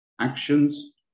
actions